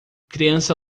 criança